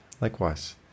likewise